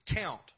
count